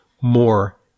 more